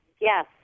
yes